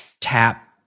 tap